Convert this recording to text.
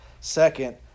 Second